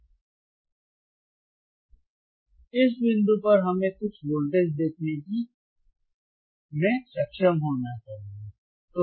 अब इस बिंदु पर हमें कुछ वोल्टेज देखने में सक्षम होना चाहिए